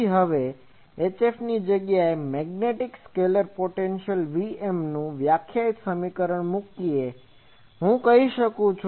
તેથી હવે HF ની જગ્યાએ મેગ્નેટિક સ્કેલર પોટેન્શિઅલ VM નું વ્યાખ્યાયિત સમીકરણ મૂકીએ હું લખી શકું છું